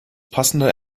passende